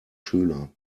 schüler